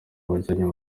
wajyanywe